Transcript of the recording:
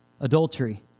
adultery